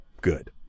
Good